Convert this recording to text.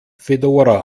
fedora